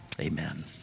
Amen